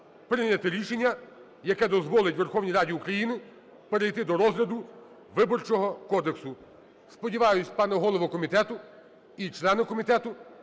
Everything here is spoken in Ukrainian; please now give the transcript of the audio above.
прийняти рішення, яке дозволить Верховній Раді України перейти до розгляду Виборчого кодексу. Сподіваюсь, пане голово комітету і члени комітету,